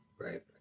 Right